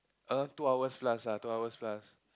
around two hours plus ah two hours plus